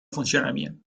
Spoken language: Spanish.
funcionamiento